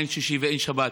אין שישי ואין שבת,